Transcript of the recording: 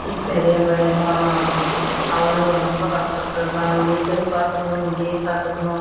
என் பெரிய பையனும் அவனும் ரொம்ப கஷ்டப்பட்டு இருக்கிறான் வீட்டுக்கும் பார்த்துக்கணும் இங்கேயும் பார்த்துக்கணும்